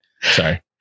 Sorry